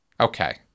Okay